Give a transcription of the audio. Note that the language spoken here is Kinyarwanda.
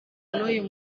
n’uyu